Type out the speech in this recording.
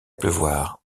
pleuvoir